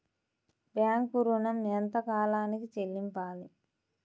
Bank ఋణం ఎంత కాలానికి చెల్లింపాలి?